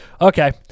Okay